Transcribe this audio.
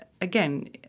again